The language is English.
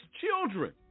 children